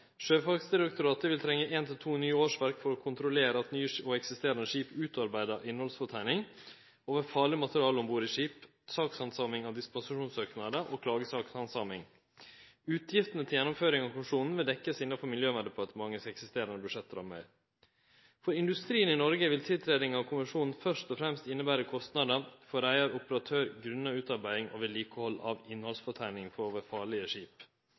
Sjøfartsdirektoratet vil trenge 1–2 nye årsverk for å kontrollere at nye og eksisterande skip utarbeider innhaldsliste over farleg materiale om bord i skip, sakshandsaming av dispensasjonssøknader og klagesakshandsaming. Utgiftene til gjennomføring av konvensjonen vil verte dekt innanfor Miljøverndepartementets eksisterande budsjettrammer. For industrien i Noreg vil tiltredinga av konvensjonen først og fremst innebere kostnader for reiar og operatør, på grunn av utarbeiding og vedlikehald av innhaldsliste over farlege skip.